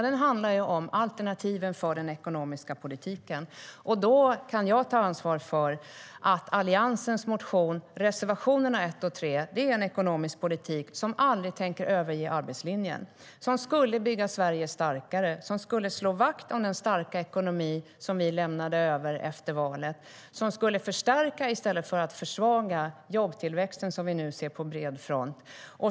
Den handlar om alternativen för den ekonomiska politiken. Jag kan ta ansvar för Alliansens motion och reservationerna 1 och 3. Det är en ekonomisk politik som aldrig tänker överge arbetslinjen. Den skulle bygga Sverige starkare och slå vakt om den starka ekonomi som vi lämnade över efter valet. Den skulle förstärka i stället för att försvaga jobbtillväxten som ni nu ser på bred front.